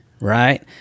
right